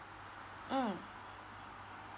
mm